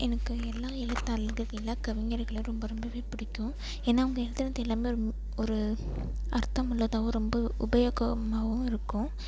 எனக்கு எல்லா எழுத்தாளர்கள் எல்லா கவிஞர்களை ரொம்ப ரொம்பவே பிடிக்கும் ஏன்னா அவங்க எழுதறது எல்லாமே ஒரு அர்த்தமுள்ளதாகவும் ரொம்ப உபயோகமாகவும் இருக்கும்